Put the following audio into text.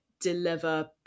deliver